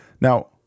Now